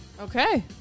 Okay